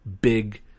big